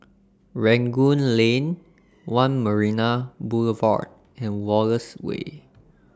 Rangoon Lane one Marina Boulevard and Wallace Way